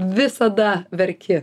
visada verki